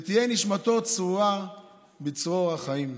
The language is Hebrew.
ותהיה נשמתו צרורה בצרור החיים.